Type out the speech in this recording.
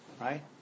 right